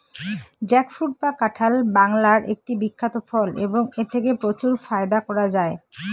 jackfruit বা কাঁঠাল বাংলার একটি বিখ্যাত ফল এবং এথেকে প্রচুর ফায়দা করা য়ায়